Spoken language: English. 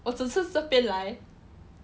我只吃这边来